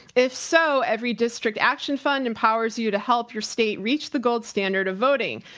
if so, everydistrict action fund empowers you to help your state reach the gold standard of voting.